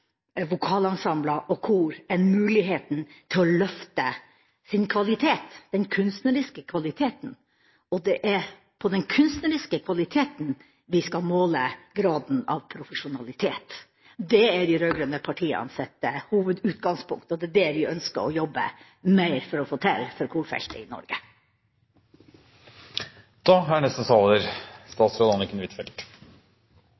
og kor en mulighet til å løfte sin kvalitet, den kunstneriske kvaliteten. Det er på den kunstneriske kvaliteten vi skal måle graden av profesjonalitet. Det er de rød-grønne partienes hovedutgangspunkt, og det er det vi ønsker å jobbe mer for å få til for korfeltet i Norge. Det er